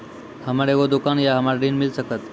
हमर एगो दुकान या हमरा ऋण मिल सकत?